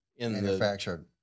manufactured